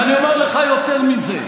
ואני אומר לך יותר מזה: